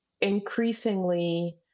increasingly